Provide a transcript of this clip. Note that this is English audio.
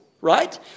right